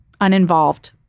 uninvolved